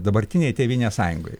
dabartinei tėvynės sąjungai